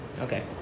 Okay